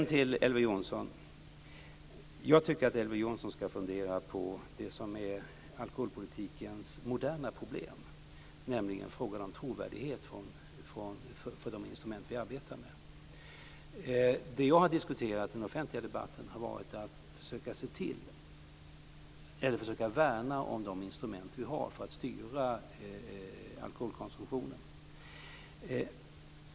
Så till Elver Jonsson: Jag tycker att Elver Jonsson skall fundera på det som är alkoholpolitikens moderna problem, nämligen frågan om trovärdigheten för de instrument som vi arbetar med. Det som jag har diskuterat i den offentliga debatten har varit att försöka värna om de instrument som vi har för att styra alkoholkonsumtionen.